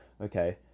okay